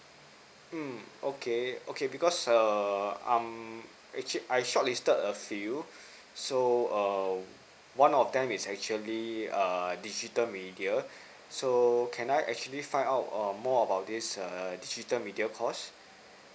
mm okay okay because err I'm actually I shortlisted a few so um one of them is actually err digital media so can I actually find our err more about this err digital media course